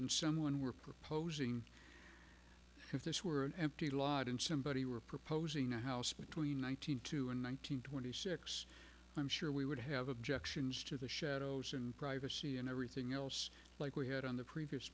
and someone were proposing if this were an empty lot and somebody were proposing a house between one thousand to and one nine hundred twenty six i'm sure we would have objections to the shadows and privacy and everything else like we had on the previous